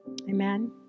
Amen